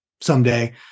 someday